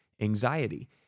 anxiety